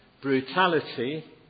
brutality